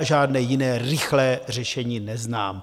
Žádné jiné rychlé řešení neznám.